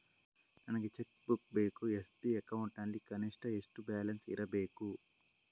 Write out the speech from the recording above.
ನನಗೆ cheque book ಬೇಕು SB account ನಲ್ಲಿ ಕನಿಷ್ಠ ಎಷ್ಟು ಬ್ಯಾಲೆನ್ಸ್ ಇರಬೇಕು?